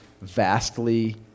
vastly